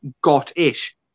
got-ish